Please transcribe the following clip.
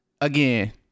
Again